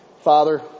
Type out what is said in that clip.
Father